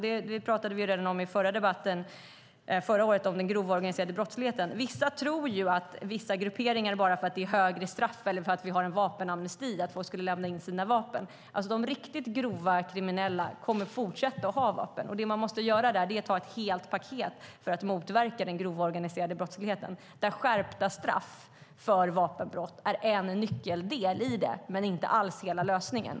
Detta med den grova organiserade brottsligheten talade vi om redan förra året. Vissa tror att folk skulle lämna in sina vapen bara för att vi har högre straff eller en vapenamnesti. De riktigt grova kriminella kommer att fortsätta ha vapen. Det man måste göra det är att anta ett helt paket för att motverka den grova organiserade brottsligheten, där skärpta straff för vapenbrott är en nyckeldel men inte alls hela lösningen.